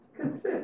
consist